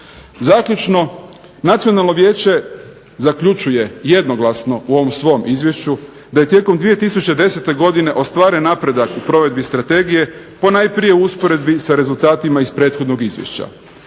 Zaključno. Nacionalno vijeće zaključuje jednoglasno u ovom svom izvješću da je tijekom 2010. godine ostvaren napredak u provedbi strategije, ponajprije u usporedbi sa rezultatima iz prethodnog izvješća.